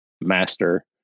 master